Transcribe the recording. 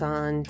on